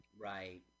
Right